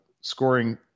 scoring